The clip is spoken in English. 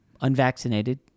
unvaccinated